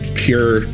pure